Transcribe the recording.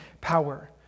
power